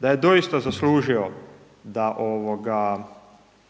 da je doista zaslužio da